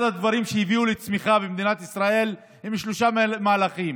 אחד הדברים שהביאו לצמיחה במדינת ישראל הם שלושה מהלכים